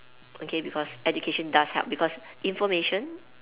okay because education does help because information